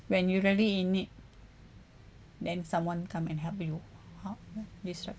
when you really in need then someone come and help you how this one